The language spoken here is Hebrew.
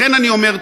לכן אני אומר,